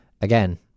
again